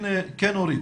כן, אורית.